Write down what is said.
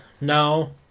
no